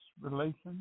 relations